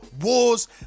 wars